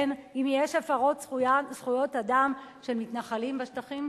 כן, אם יש הפרות זכויות אדם של מתנחלים בשטחים,